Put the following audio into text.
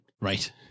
Right